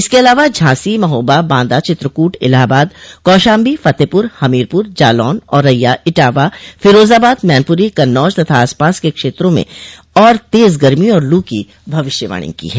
इसके अ अलावा झांसी महोबा बांदा चित्रकूट इलाहाबाद कौशाम्बी फतेहपुर हमीरपुर जालौन औरैया इटावा फिरोजाबाद मैनपुरी कन्नौज तथा आसपास के क्षेत्रों में और तेज गर्मी और लू की भविष्यवाणी की है